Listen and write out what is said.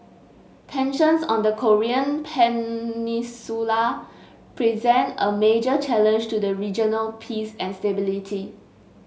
tensions on the Korean Peninsula present a major challenge to the regional peace and stability